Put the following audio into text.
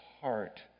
heart